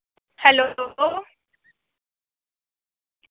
hello